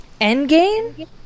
Endgame